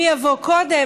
מי יבוא קודם.